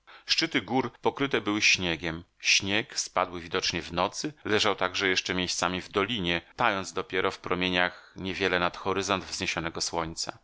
szczyty gór pokryte były śniegiem śnieg spadły widocznie w nocy leżał także jeszcze miejscami w dolinie tając dopiero w promieniach nie wiele nad horyzont wzniesionego słońca